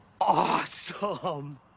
awesome